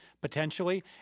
potentially